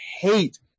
hate